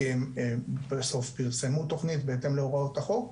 כי הם בסוף פרסמו תכנית בהתאם להוראות החוק.